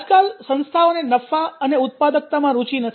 આજકાલ સંસ્થાઓને નફા અને ઉત્પાદકતામાં રુચિ નથી